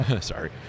Sorry